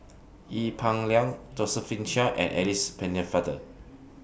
Ee Peng Liang Josephine Chia and Alice Pennefather